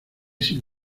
sin